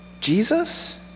Jesus